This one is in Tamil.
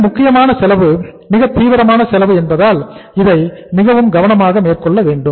மிக முக்கியமான செலவு மிக தீவிரமான செலவு என்பதால் இதை மிகவும் கவனமாக மேற்கொள்ள வேண்டும்